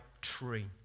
tree